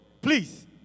Please